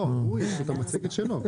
המצגת שלו.